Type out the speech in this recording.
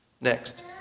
Next